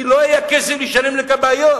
כי לא היה כסף לשלם לכבאיות,